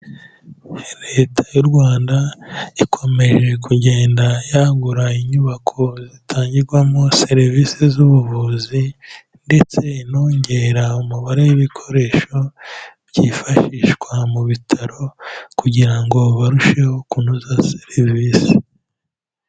Leta y'u Rwanda ikomeje kugenda yangura inyubako zitangirwamo serivisi z'ubuvuzi ndetse inongera umubare w'ibikoresho byifashishwa mu bitaro kugira ngo barusheho kunoza serivisi.